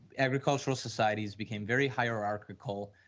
agricultural societies became very hierarchical,